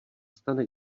stane